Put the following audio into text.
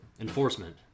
enforcement